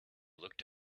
looked